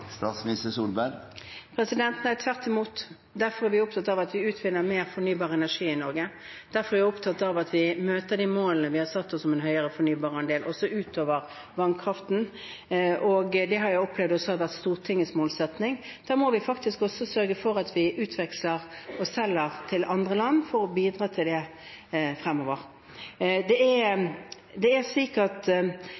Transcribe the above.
Nei, tvert imot. Derfor er vi opptatt av at vi utvinner mer fornybar energi i Norge, og derfor er vi opptatt av at vi møter de målene vi har satt oss om en høyere fornybarandel, også utover vannkraften. Det har jeg opplevd at også har vært Stortingets målsetting, og da må vi sørge for at vi utveksler og selger til andre land for å bidra til det fremover.